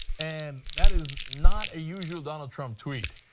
and that is not usual donald trump tweet.